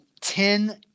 ten